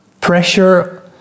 pressure